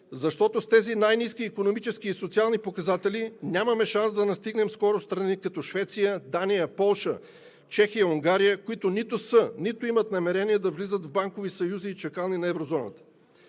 Защото с тези най-ниски икономически и социални показатели нямаме шанс да настигнем скоро страни, като Швеция, Дания, Полша, Чехия, Унгария, които нито са, нито имат намерение да влизат в банкови съюзи и чакални на еврозоната.